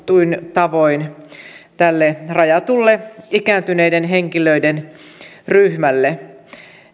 tavoin tälle rajatulle ikääntyneiden henkilöiden ryhmälle